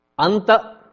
Anta